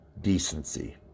decency